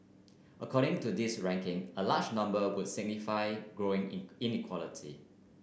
according to this ranking a larger number would signify growing in inequality